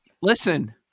Listen